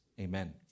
Amen